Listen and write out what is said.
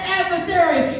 adversary